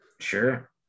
Sure